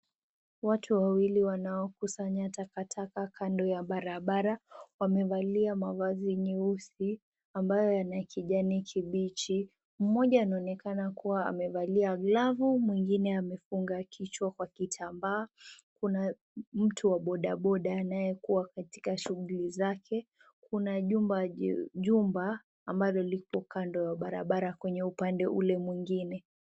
watu wawili wanaukusanya takataka kando yabarabara wamevalia mavazi nyeusi amabayo yana kichani kibichi mmoja anaonekana amevalia glavu mwingine amefunga kichwa kwa kitamba kuna mtu wa bodaboda anayekua katika shugulizake kuna jumba ambalo lilikua kando ya barabara kwenye upande ule